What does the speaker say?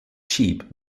cheap